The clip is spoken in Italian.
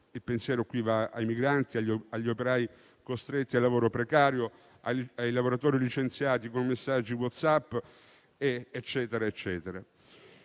Il pensiero va ai migranti, agli operai costretti al lavoro precario, ai lavoratori licenziati con messaggi WhatsApp e